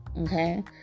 okay